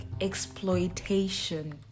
exploitation